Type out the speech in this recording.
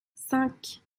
cinq